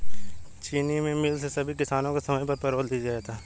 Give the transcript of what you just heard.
चीनी मिल ने सभी किसानों को समय पर पैरोल दे दिया